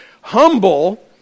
humble